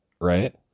right